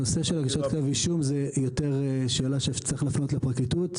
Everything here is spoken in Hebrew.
הנושא של הגשת כתב אישום זה יותר שאלה שצריך להפנות לפרקליטות.